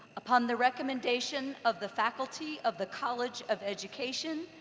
upon the recommendation of the faculty of the college of education,